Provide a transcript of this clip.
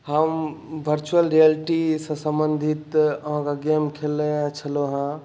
हम virtual reality सँ सम्बंधित आहाँके गेम खेलने छलहुॅं हैं